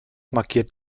markiert